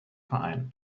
vereinen